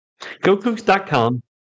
gocooks.com